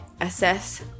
Assess